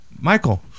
Michael